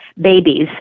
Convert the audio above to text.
babies